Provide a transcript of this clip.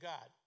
God